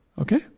Okay